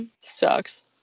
sucks